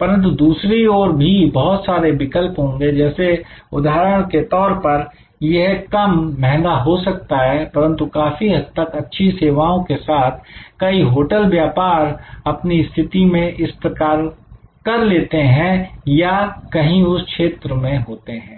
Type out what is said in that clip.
परंतु दूसरी और भी बहुत सारे विकल्प होंगे जैसे उदाहरण के तौर पर यह कम महंगा हो सकता है परंतु काफी हद तक अच्छी सेवाओं के साथ कई होटल व्यापार अपनी स्थिति में इस प्रकार कर लेते हैं या कहीं उस क्षेत्र में होते हैं